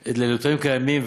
ואת לילותיהם כימים,